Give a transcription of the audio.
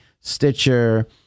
Stitcher